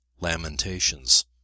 Lamentations